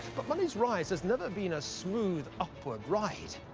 but money's rise has never been a smooth, upward ride.